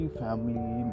family